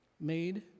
Made